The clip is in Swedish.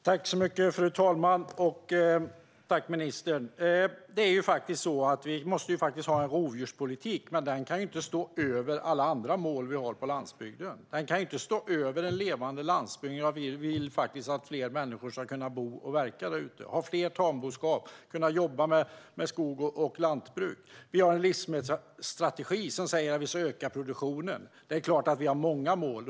Fru talman! Tack, ministern! Vi måste ha en rovdjurspolitik, men den kan inte stå över alla andra mål på landsbygden. Den kan ju inte stå över en levande landsbygd om vi vill att fler människor ska kunna bo och verka där ute, ha mer tamboskap och kunna jobba med skogs och lantbruk. Vi har en livsmedelsstrategi som säger att vi ska öka produktionen. Det är klart att vi har många mål.